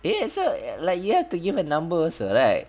eh so like you have to give a number also right